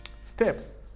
steps